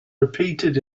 repeated